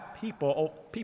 people